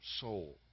soul